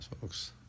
folks